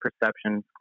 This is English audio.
perceptions